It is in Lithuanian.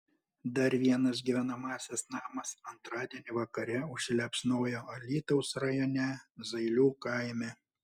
dar vienas gyvenamasis namas antradienį vakare užsiliepsnojo alytaus rajone zailių kaime